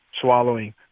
swallowing